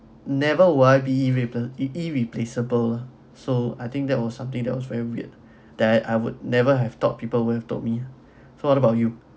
never why be e~ repla~ irreplaceable lah so I think that was something that was very weird that I would never have thought people would have told me ah so what about you